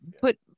put